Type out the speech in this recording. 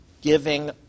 giving